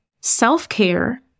Self-care